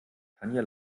tanja